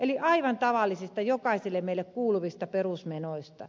eli aivan tavallisista jokaiselle meille kuuluvista perusmenoista